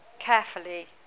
carefully